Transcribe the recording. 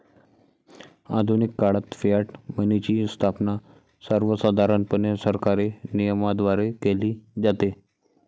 आधुनिक काळात फियाट मनीची स्थापना सर्वसाधारणपणे सरकारी नियमनाद्वारे केली जाते